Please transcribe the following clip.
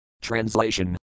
Translation